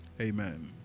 Amen